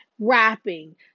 rapping